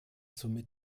somit